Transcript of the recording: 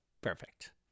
perfect